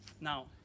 now